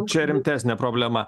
čia rimtesnė problema